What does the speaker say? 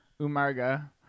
Umarga